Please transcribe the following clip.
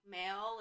mail